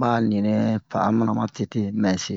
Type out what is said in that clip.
ba a ni nɛ pa'a mana ma tete mɛ se